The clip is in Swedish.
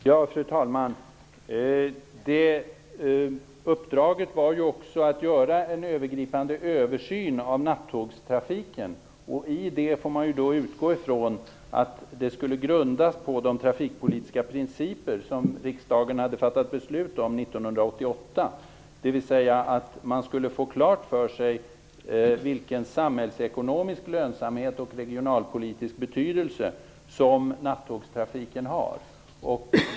Fru talman! Uppdraget var ju också att göra en övergripande översyn av nattågstrafiken. Då får man utgå från att det skulle grundas på de trafikpolitiska principer som riksdagen fattade beslut om 1988, dvs. att man skulle få klart för sig vilken samhällsekonomisk lönsamhet och regionalpolitisk betydelse nattågstrafiken har.